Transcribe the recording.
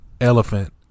elephant